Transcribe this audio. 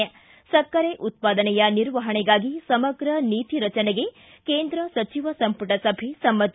ಿ ಸಕ್ಕರೆ ಉತ್ವಾದನೆಯ ನಿರ್ವಹಣೆಗಾಗಿ ಸಮಗ್ರ ನೀತಿ ರಚನೆಗೆ ಕೇಂದ್ರ ಸಚಿವ ಸಂಪುಟ ಸಭೆ ಸಮ್ಮತಿ